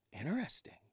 Interesting